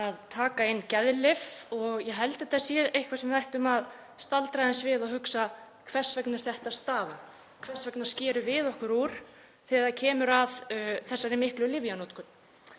að taka inn geðlyf og ég held að þetta sé eitthvað sem við ættum að staldra aðeins við og hugsa: Hvers vegna er þetta staðan? Hvers vegna skerum við okkur úr þegar kemur að þessari miklu lyfjanotkun?